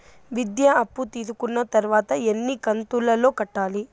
విద్య అప్పు తీసుకున్న తర్వాత ఎన్ని కంతుల లో కట్టాలి?